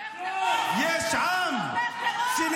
יש עם -- תומך טרור, תומך טרור.